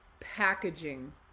packaging